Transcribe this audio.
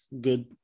good